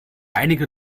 einige